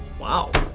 wow.